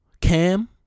Cam